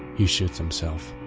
he shoots himself.